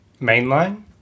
Mainline